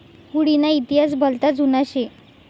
हुडी ना इतिहास भलता जुना शे